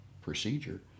procedure